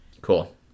cool